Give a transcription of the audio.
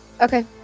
Okay